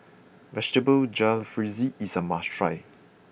Vegetable Jalfrezi is a must try